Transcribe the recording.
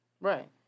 Right